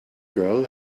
girl